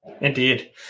Indeed